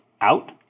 out